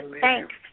thanks